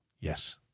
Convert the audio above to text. Yes